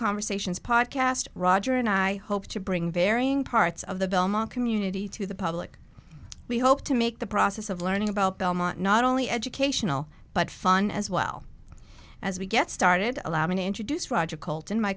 conversations podcast roger and i hope to bring varying parts of the belmont community to the public we hope to make the process of learning about belmont not only educational but fun as well as we get started allow me to introduce roger coulton my